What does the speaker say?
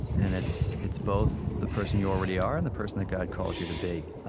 and it's it's both the person you already are, and the person that god calls you to be.